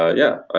ah yeah, ah